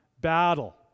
battle